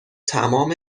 تمام